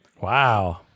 Wow